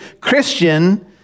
Christian